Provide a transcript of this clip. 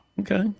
Okay